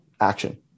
action